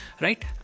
Right